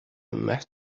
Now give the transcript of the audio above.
met